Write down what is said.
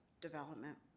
development